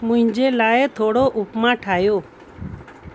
मुंहिंजे लाइ थोरो उपमा ठाहियो